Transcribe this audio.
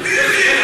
טלב.